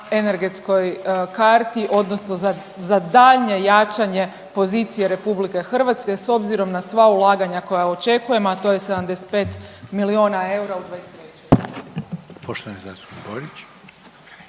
energetskoj karti odnosno za danje jačanje pozicije RH s obzirom na sva ulaganja koja očekujemo, a to je 75 miliona eura u '23. **Reiner,